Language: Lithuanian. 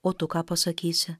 o tu ką pasakysi